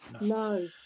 No